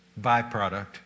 byproduct